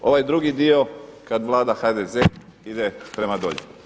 Ovaj drugi dio kada vlada HDZ ide prema dolje.